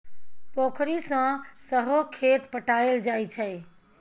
पोखरि सँ सहो खेत पटाएल जाइ छै